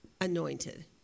anointed